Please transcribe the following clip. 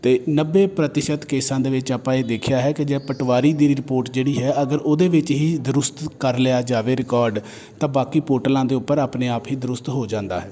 ਅਤੇ ਨੱਬੇ ਪ੍ਰਤੀਸ਼ਤ ਕੇਸਾਂ ਦੇ ਵਿੱਚ ਆਪਾਂ ਇਹ ਦੇਖਿਆ ਹੈ ਕਿ ਜੇ ਪਟਵਾਰੀ ਦੀ ਰਿਪੋਰਟ ਜਿਹੜੀ ਹੈ ਅਗਰ ਉਹਦੇ ਵਿੱਚ ਹੀ ਦਰੁਸਤ ਕਰ ਲਿਆ ਜਾਵੇ ਰਿਕਾਰਡ ਤਾਂ ਬਾਕੀ ਪੋਰਟਲਾਂ ਦੇ ਉੱਪਰ ਆਪਣੇ ਆਪ ਹੀ ਦਰੁਸਤ ਹੋ ਜਾਂਦਾ ਹੈ